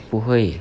不会